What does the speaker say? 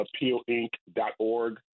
appealinc.org